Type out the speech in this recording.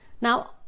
now